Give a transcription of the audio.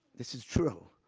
this is true.